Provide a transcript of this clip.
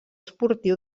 esportiu